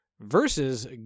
versus